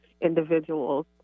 individuals